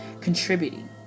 contributing